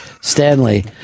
Stanley